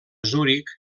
zuric